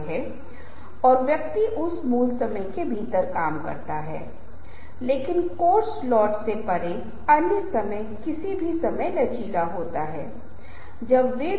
परिधीय प्रसंस्करण निर्णय लेने के दायरे से बाहर होने वाली चीजें अभी भी आपकी निर्णय लेने की प्रक्रिया को प्रभावित करती हैं तब जर्गन का भाषा भाषा का आयाम दलित तर्क जो केंद्रीय प्रसंस्करण है त्वरित सोच बनाम विस्तृत सोच अनुमानी और गहें सोच है